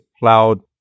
cloud